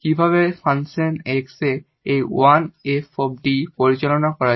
কিভাবে function X এ এই 1 𝑓 𝐷 পরিচালনা করা যায়